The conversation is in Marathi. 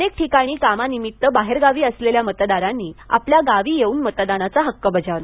अनेक ठिकाणी कामानिमित्त बाहेरगावी असलेल्या मतदारांनी आपापल्या गावी येऊन मतदानाचा हक्क बजावला